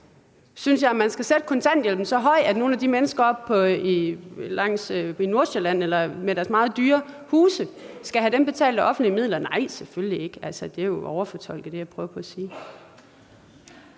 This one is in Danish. Synes jeg, at man skal sætte kontanthjælpen så højt, at nogle af de mennesker oppe i Nordsjælland med deres meget dyre huse skal have dem betalt af offentlige midler? Nej, selvfølgelig ikke, det er jo at overfortolke det, jeg prøver på at sige.